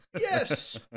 Yes